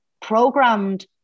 programmed